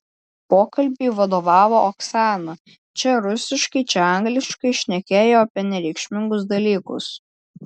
pokalbiui vadovavo oksana čia rusiškai čia angliškai šnekėjo apie nereikšmingus dalykus